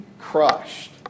crushed